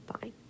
fine